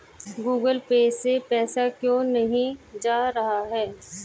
Google Pay से पैसा क्यों नहीं जा रहा है?